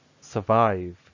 survive